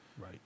Right